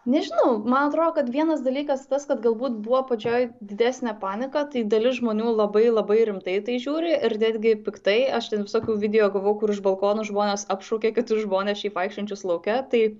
nežinau man atrodo kad vienas dalykas tas kad galbūt buvo pradžioj didesnė panika tai dalis žmonių labai labai rimtai į tai žiūri ir netgi piktai aš ten visokių video gavau kur iš balkonų žmonės apšaukia kitus žmones šiaip vaikščiojančius lauke tai